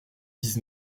dix